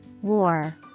war